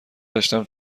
داشتم